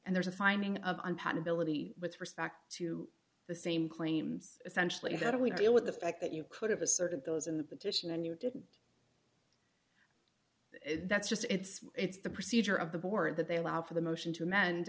and there's a finding of unpaid ability with respect to the same claims essentially that we deal with the fact that you could have asserted those in the petition and you didn't that's just it's it's the procedure of the board that they allow for the motion to amend